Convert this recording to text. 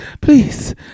please